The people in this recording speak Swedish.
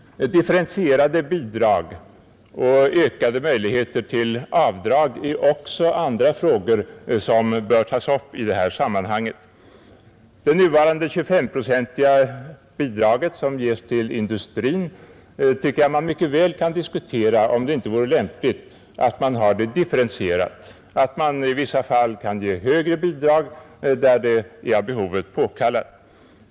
Differentierade bidrag och ökade möjligheter till avdrag är andra frågor som bör tas upp i detta sammanhang. Man kan mycket väl diskutera om det inte vore lämpligt att göra det nuvarande 25-procentiga bidrag som ges till industrin differentierat, så att man kan ge högre bidrag där det är av behovet påkallat.